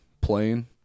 playing